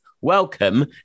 Welcome